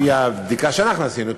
לפי הבדיקה שאנחנו עשינו,